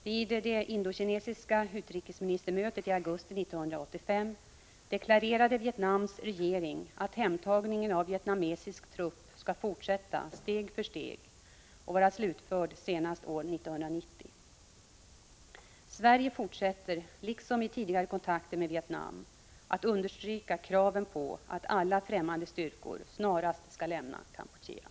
Vid det indokinesiska utrikesministermötet i augusti 1985 deklarerade Vietnams regering att hemtagningen av vietnamesisk trupp skall fortsätta steg för steg och vara slutförd senast år 1990. Sverige fortsätter liksom i tidigare kontakter med Vietnam att understryka kraven på att alla främmande styrkor snarast skall lämna Kampuchea.